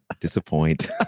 disappoint